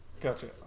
Gotcha